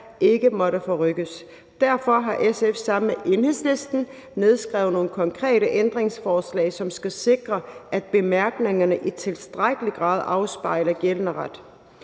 ikke måtte forrykkes. Derfor har SF sammen med Enhedslisten nedskrevet nogle konkrete ændringsforslag, som skal sikre, at bemærkningerne i tilstrækkelig grad afspejler gældende ret.